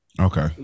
Okay